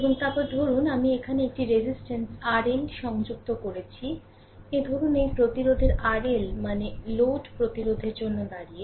এবং তারপরে ধরুন আমি এখানে একটি রেজিস্ট্যান্স RL সংযুক্ত করেছি এই ধরুন এই প্রতিরোধের RL মানে লোড প্রতিরোধের জন্য দাঁড়িয়ে